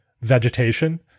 vegetation